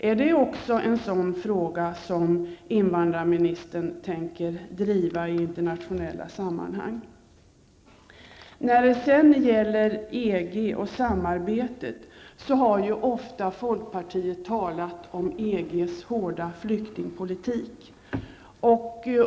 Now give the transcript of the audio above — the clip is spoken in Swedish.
Är det också en fråga som invandrarministern tänker driva i internationella sammanhang? När det sedan gäller EG och samarbetet har ju folkpartiet ofta talat om EGs hårda flyktingpolitik.